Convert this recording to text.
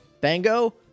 Bango